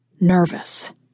Nervous